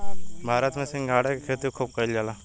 भारत में सिंघाड़ा के खेती खूब कईल जाला